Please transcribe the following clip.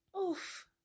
Oof